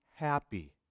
happy